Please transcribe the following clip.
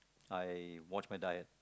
I watch my diet